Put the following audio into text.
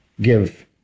give